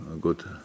good